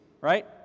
Right